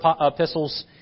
epistles